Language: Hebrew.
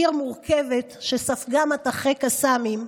עיר מורכבת שספגה מטחי קסאמים,